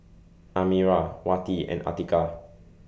Amirah Wati and Atiqah